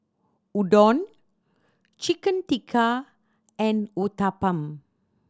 Udon Chicken Tikka and Uthapam